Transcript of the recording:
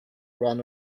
run